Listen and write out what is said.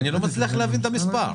אני לא מצליח להבין את המספר.